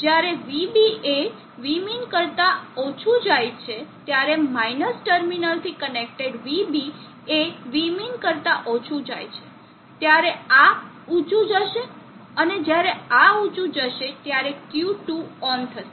જ્યારે vB એ vmin કરતા ઓછું જાય છે જ્યારે માઇનસ ટર્મિનલથી કનેક્ટેડ vB એ vmin કરતા ઓછું જાય છે ત્યારે આ ઊચું જશે અને જ્યારે આ ઊચું જશે ત્યારે Q2 ઓન વધશે